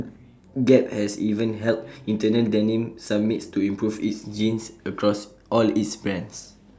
gap has even held internal denim summits to improve its jeans across all its brands